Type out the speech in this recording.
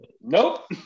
nope